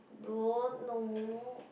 don't know